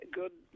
good